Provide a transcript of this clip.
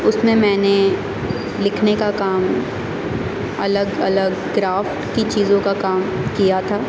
اس میں میں نے لکھنے کا کام الگ الگ کرافٹ کی چیزوں کا کام کیا تھا